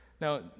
Now